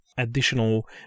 additional